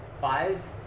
five